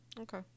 Okay